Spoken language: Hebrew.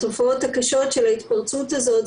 התופעות הקשות של ההתפרצות הזאת,